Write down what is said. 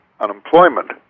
unemployment